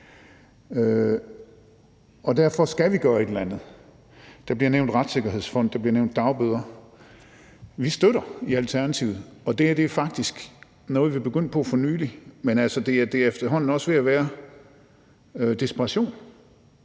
Derfor skal vi gøre et eller andet. Der bliver nævnt en retssikkerhedsfond, og der bliver nævnt dagbøder. Det støtter vi i Alternativet, og det her er faktisk noget, vi er begyndt på for nylig. Men det er efterhånden også ved at være desperation,